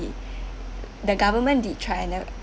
the government did try I never